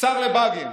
שר לבאגים.